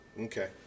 Okay